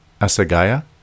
Asagaya